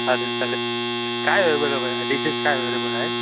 चालेल चालेल काय अवेबेलेबल डिशेस काय अवेलेबल आहेत